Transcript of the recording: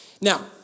Now